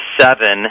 seven